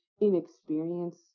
inexperience